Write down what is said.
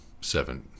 seven